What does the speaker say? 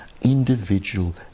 individual